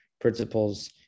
principles